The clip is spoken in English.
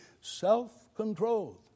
self-controlled